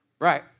Right